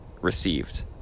received